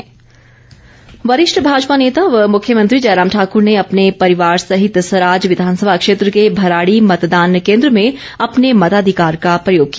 मतदान नेता वरिष्ठ भाजपा नेता व मुख्यमंत्री जयराम ठाक्र ने अपने परिवार सहित सराज विधानसभा क्षेत्र के भराड़ी मतदान केन्द्र में अपने मताधिकार का प्रयोग किया